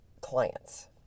clients